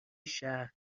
شهر